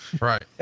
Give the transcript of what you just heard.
Right